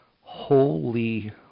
Holy